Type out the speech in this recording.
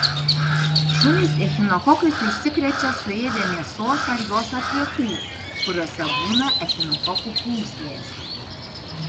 šunys echinokokais užsikrečia suėdę mėsos ar jos atliekų kuriose būna echinokokų pūslės